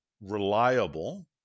reliable